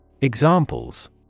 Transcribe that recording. Examples